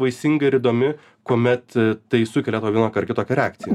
vaisinga ir įdomi kuomet tai sukelia vienokią ar kitokią reakciją